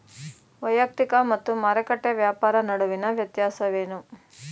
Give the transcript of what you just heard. ವೈಯಕ್ತಿಕ ಮತ್ತು ಮಾರುಕಟ್ಟೆ ವ್ಯಾಪಾರ ನಡುವಿನ ವ್ಯತ್ಯಾಸವೇನು?